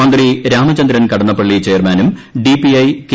മന്ത്രി രാമചന്ദ്രൻ കടപ്പള്ളി ചെയർമാനും DPI K